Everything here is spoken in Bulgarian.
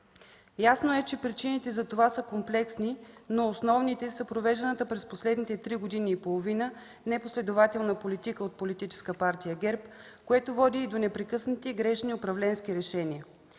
Ясно е, че причините за това са комплексни, но основните са провежданата през последните три години и половина непоследователна политика от политическа партия ГЕРБ, което води и до непрекъснати грешни управленски решения.